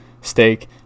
steak